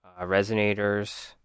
Resonators